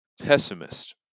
pessimist